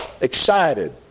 Excited